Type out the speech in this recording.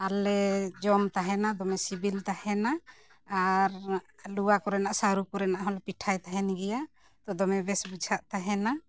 ᱟᱨᱞᱮ ᱡᱚᱢ ᱛᱟᱦᱮᱱᱟ ᱫᱚᱢᱮ ᱥᱤᱵᱤᱞ ᱛᱟᱦᱮᱱᱟ ᱟᱨ ᱞᱩᱣᱟ ᱠᱚᱨᱮᱱᱟᱜ ᱥᱟᱹᱨᱩ ᱠᱚᱨᱮᱱᱟᱜ ᱦᱚᱸᱞᱮ ᱯᱤᱴᱷᱟᱹᱭ ᱛᱟᱦᱮᱱ ᱜᱮᱭᱟ ᱛᱚ ᱫᱚᱢᱮ ᱵᱮᱥ ᱵᱩᱡᱷᱟᱹᱜ ᱛᱟᱦᱮᱱᱟ